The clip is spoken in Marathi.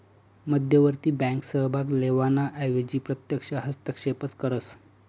मध्यवर्ती बँक सहभाग लेवाना एवजी प्रत्यक्ष हस्तक्षेपच करस